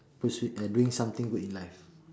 pursue uh doing something good in life